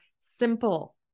simple